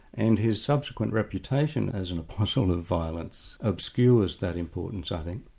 and his subsequent reputation as an apostle of violence, obscures that importance, i think.